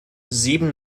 sieben